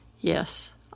Yes